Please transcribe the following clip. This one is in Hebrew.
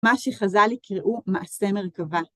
מה שחז"ל יקראו מעשה מרכבה.